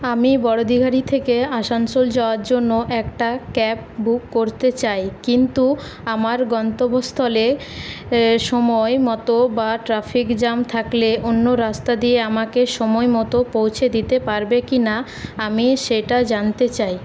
আমি বড়দীঘারি থেকে আসানসোল যাওয়ার জন্য একটা ক্যাব বুক করতে চাই কিন্তু আমার গন্তব্যস্থলে সময়মতো বা ট্রাফিক জ্যাম থাকলে অন্য রাস্তা দিয়ে আমাকে সময়মতো পৌঁছে দিতে পারবে কি না আমি সেটা জানতে চাই